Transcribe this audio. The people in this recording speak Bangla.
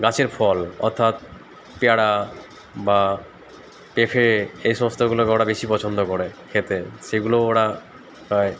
গাছের ফল অর্থাৎ পেয়ারা বা পেঁপে এই সমস্তগুলোকে ওরা বেশি পছন্দ করে খেতে সেগুলোও ওরা খায়